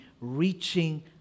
reaching